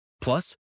plus